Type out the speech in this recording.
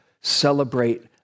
celebrate